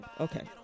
Okay